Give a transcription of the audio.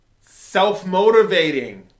self-motivating